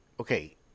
Okay